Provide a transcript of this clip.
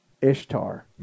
Ishtar